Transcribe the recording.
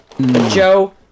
Joe